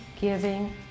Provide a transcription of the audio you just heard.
giving